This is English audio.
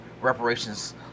reparations